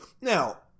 Now